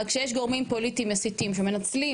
אבל כשיש גורמים פוליטיים מסיתים שמנצלים